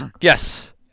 Yes